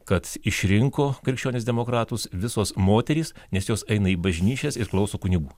kad išrinko krikščionis demokratus visos moterys nes jos eina į bažnyčias ir klauso kunigų